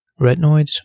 Retinoids